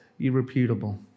irreputable